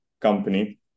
company